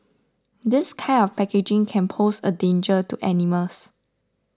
this kind of packaging can pose a danger to animals